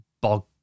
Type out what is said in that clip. Bog